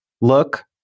look